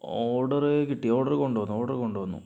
order കിട്ടി order കൊണ്ടുവന്നു order കൊണ്ടുവന്നു